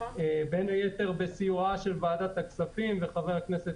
בין היתר בסיועה של ועדת הכספים וחבר הכנסת